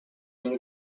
new